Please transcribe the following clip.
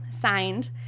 signed